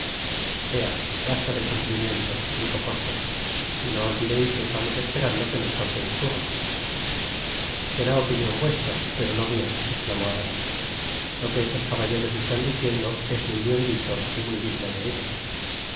ea basta de cumplimientos dijo porthos y no olvideis que estamos esperando que nos toque el turno será opinion vuestra pero no mia esclamó aramis lo que estos caballeros están diciendo es muy bien dicho y muy digno de ellos